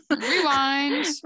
rewind